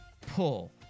pull